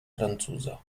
francuza